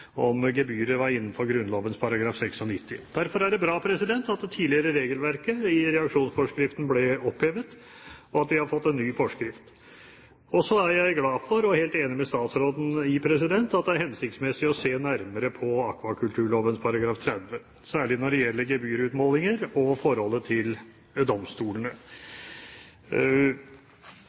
gebyret var innenfor Grunnloven § 96. Derfor er det bra at det tidligere regelverket i reaksjonsforskriften ble opphevet, og at vi har fått en ny forskrift. Jeg er helt enig med statsråden i at det er hensiktsmessig å se nærmere på akvakulturloven § 30, særlig når det gjelder gebyrutmålinger og forholdet til domstolene,